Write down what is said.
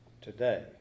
today